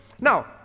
Now